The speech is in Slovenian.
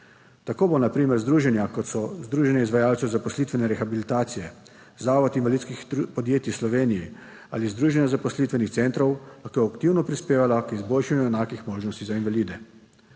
Tako bo na primer združenja, kot so Združenje izvajalcev zaposlitvene rehabilitacije, Zavod invalidskih podjetij Slovenije ali Združenje zaposlitvenih centrov, lahko aktivno prispevala k izboljšanju enakih možnosti za invalide.